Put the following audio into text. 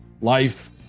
life